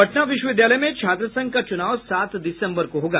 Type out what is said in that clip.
पटना विश्वविद्यालय में छात्र संघ का चुनाव सात दिसम्बर को होगा